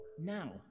Now